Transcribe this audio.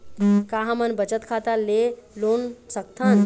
का हमन बचत खाता ले लोन सकथन?